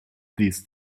these